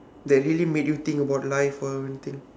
that really made you think about life or anything